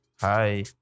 hi